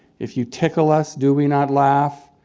if you tickle us, do we not laugh?